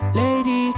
lady